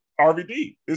RVD